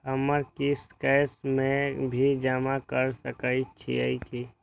हमर किस्त कैश में भी जमा कैर सकै छीयै की?